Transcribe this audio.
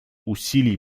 усилий